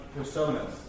personas